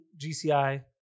GCI